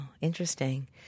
interesting